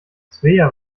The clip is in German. svea